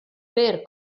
per